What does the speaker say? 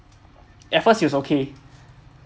at first he was okay